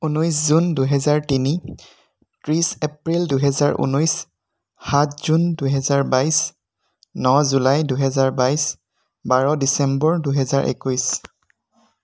ঊনৈছ জুন দুহেজাৰ তিনি ত্ৰিছ এপ্ৰিল দুহেজাৰ ঊনৈছ সাত জুন দুহেজাৰ বাইছ ন জুলাই দুহেজাৰ বাইছ বাৰ ডিচেম্বৰ দুহেজাৰ একৈছ